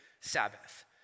Sabbath